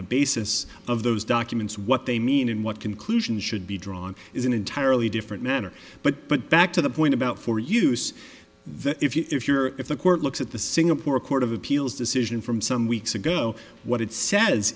the basis of those documents what they mean and what conclusions should be drawn is an entirely different matter but but back to the point about for use that if you're if the court looks at the singapore court of appeals decision from some weeks ago what it says